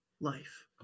life